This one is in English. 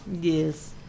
Yes